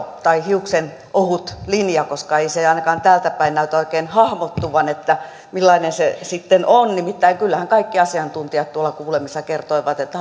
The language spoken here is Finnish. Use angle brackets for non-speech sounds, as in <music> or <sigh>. <unintelligible> tai hiuksenohut linja koska ei se ainakaan täältäpäin näytä oikein hahmottuvan että millainen se sitten on nimittäin kyllähän kaikki asiantuntijat tuolla kuulemisessa kertoivat että <unintelligible>